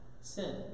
sin